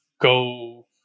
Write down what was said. go